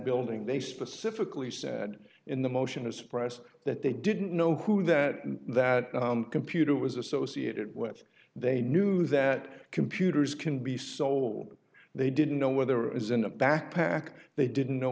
building they specifically said in the motion to suppress that they didn't know who that and that computer was associated whether they knew that computers can be sold they didn't know whether it was in a backpack they didn't know